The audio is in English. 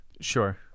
Sure